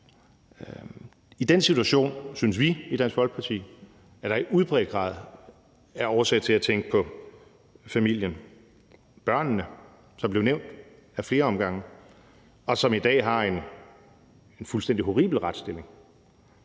I den situation synes vi i Dansk Folkeparti, at der i udbredt grad er årsag til at tænke på familien og børnene, som blev nævnt ad flere omgange, og som i dag har en fuldstændig horribel retsstilling.